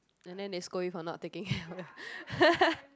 and then they scold you for not taking care of it